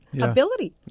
ability